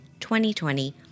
2020